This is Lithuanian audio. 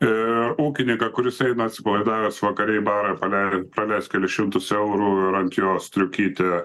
ir ūkininką kuris eina atsipalaidavęs vakare į barą prale praleist kelis šimtus eurų ir ant jo striukytę